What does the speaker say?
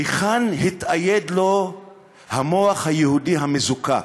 היכן התאייד לו המוח היהודי המזוקק?